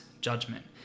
judgment